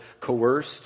coerced